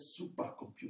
supercomputer